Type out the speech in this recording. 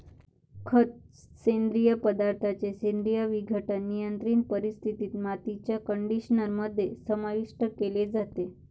खत, सेंद्रिय पदार्थांचे सेंद्रिय विघटन, नियंत्रित परिस्थितीत, मातीच्या कंडिशनर मध्ये समाविष्ट केले जाते